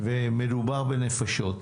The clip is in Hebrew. מדובר בנפשות.